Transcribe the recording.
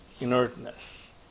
inertness